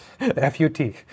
f-u-t